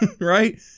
Right